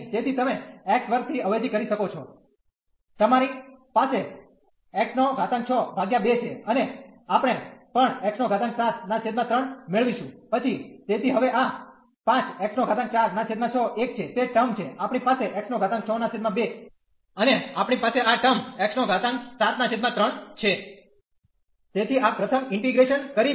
તેથી તમે x2 થી અવેજી કરી સકો છો તમારે પાસે x62 છે અને આપણે પણ x73 મેળવીશું પછી તેથી હવે આ 5 x46 એક છે તે ટર્મ છે આપણી પાસે x62 અને આપણી પાસે આ ટર્મ x73 છે તેથી આ પ્રથમ ઇન્ટીગ્રેશન કરીને